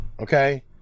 okay